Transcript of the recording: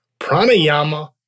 pranayama